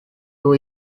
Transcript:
two